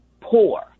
poor